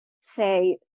say